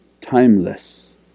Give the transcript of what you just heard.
timeless